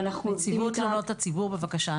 נציבות תלונות הציבור, בבקשה.